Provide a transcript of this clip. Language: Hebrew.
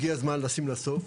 הגיע זמן לשים לה סוף.